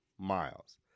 miles